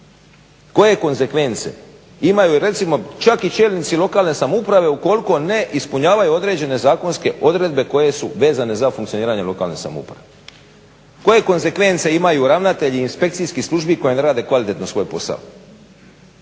Koje konzekvence imaju recimo čak i čelnici lokalne samouprave ukoliko ne ispunjavaju određene zakonske odredbe koje su vezane za funkcioniranje lokalne samouprave. Koje konzekvence imaju ravnatelji inspekcijskih službi koje ne rade kvalitetno svoj posao?